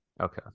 Okay